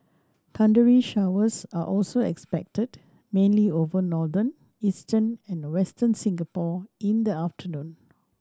thundery showers are also expected mainly over northern eastern and Western Singapore in the afternoon